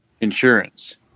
Insurance